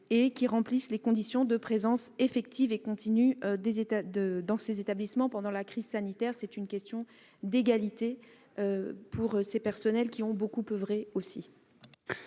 et remplissant les conditions d'une présence effective et continue dans les établissements pendant la crise sanitaire. C'est une question d'égalité pour ces personnels qui ont beaucoup oeuvré.